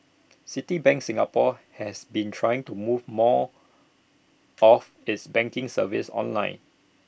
Citibank Singapore has been trying to move more of its banking services online